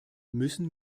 müssen